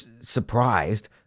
surprised